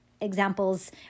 examples